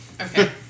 okay